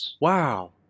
wow